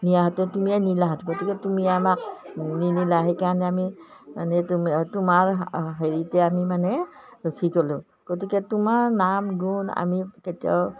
দিয়া হেঁতেন তুমিয়েই নিলা হেঁতেন গতিকে তুমিয়ে আমাক নিনিলা সেইকাৰণে আমি মানে তুমি তোমাৰ হেৰিতে আমি মানে ৰখি গ'লোঁ গতিকে তোমাৰ নাম গুণ আমি কেতিয়াও